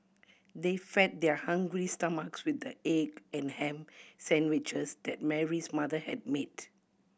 they fed their hungry stomach with the egg and ham sandwiches that Mary's mother had made